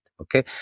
Okay